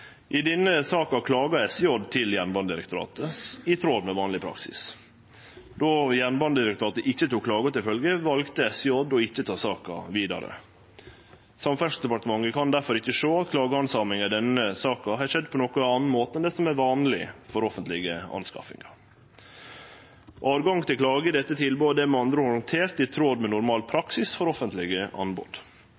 I denne saka klaga SJ til Jernbanedirektoratet, noko som er i tråd med vanleg praksis. Då Jernbanedirektoratet ikkje tok klaga til følgje, valde SJ å ikkje ta saka vidare. Samferdselsdepartementet kan difor ikkje sjå at klagehandsaminga i denne saka har skjedd på nokon annan måte enn det som er vanleg for offentlege anskaffingar. Høve til klage i dette tilbodet er med andre ord handtert i tråd med normal